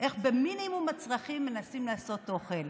איך במינימום המצרכים מנסים לעשות אוכל?